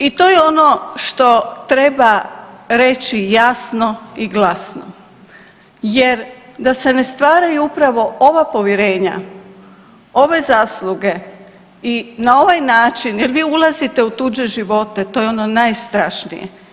I to je ono što treba reći jasno i glasno jer da se ne stvaraju upravo ova povjerenja, ove zasluge i na ovaj način jer vi ulazite u tuđe živote to je ono najstrašnije.